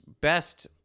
best